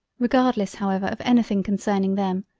regardless however of anything concerning them,